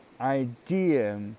idea